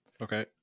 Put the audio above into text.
Okay